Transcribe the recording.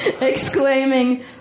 exclaiming